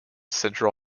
central